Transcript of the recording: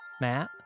Matt